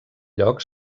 lloc